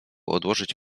odłożyć